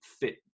fit